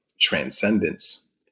transcendence